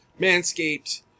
Manscaped